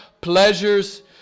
pleasures